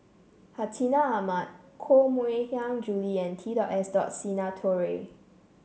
Hartinah Ahmad Koh Mui Hiang Julie and T dot S dot Sinnathuray